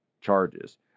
charges